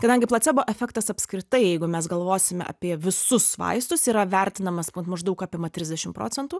kadangi placebo efektas apskritai jeigu mes galvosime apie visus vaistus yra vertinamas maždaug apima trisdešim procentų